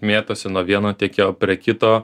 mėtosi nuo vieno tiekėjo prie kito